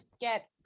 get